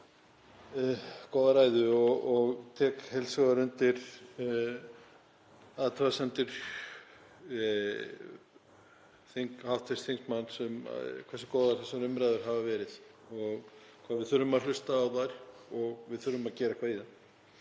góða ræðu og tek heils hugar undir athugasemdir hv. þingmanns um hversu góðar þessar umræður hafa verið og að við þurfum að hlusta á þær og að við þurfum að gera eitthvað í þeim.